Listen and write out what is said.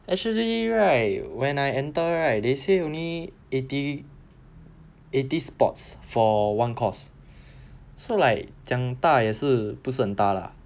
actually right when I enter right they say only eighty eighty spots for one course so like 讲大也是不是很大 lah